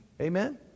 Amen